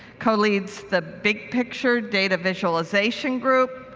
co-leads the big picture data visualization group.